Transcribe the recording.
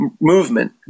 movement